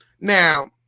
now